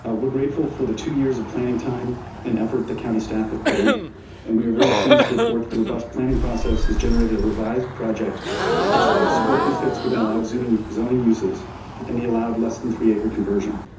ah we're grateful for the two years of planning time and effort the county staff have put in and we are very pleased to report the robust planning process has generated a revised project that squarely fits within allowed zoning zoning uses and the allowed less than three acre conversion.